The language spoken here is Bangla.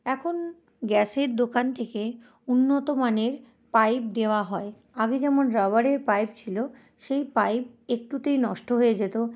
এখনা গ্যাসের দোকান থেকে উন্নতমানের পাইপ দেওয়া হয় আগে যেমন রাবারের পাইপ ছিল সেই পাইপ একটুতেই নষ্ট হয়ে যেত